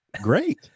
great